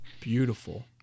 Beautiful